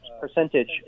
percentage